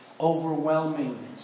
overwhelming